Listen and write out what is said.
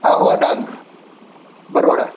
Ahwa Dang Baroda